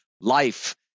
life